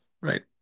right